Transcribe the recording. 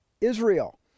Israel